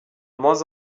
moins